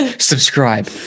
subscribe